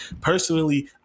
Personally